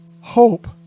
hope